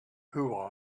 who